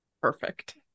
Perfect